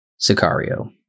Sicario